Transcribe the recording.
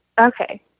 Okay